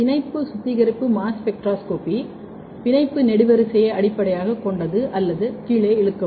பிணைப்பு சுத்திகரிப்பு mass spectroscopy பிணைப்பு நெடுவரிசையை அடிப்படையாகக் கொண்டது அல்லது கீழே இழுக்கவும்